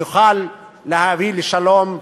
שיוכל להביא לשלום,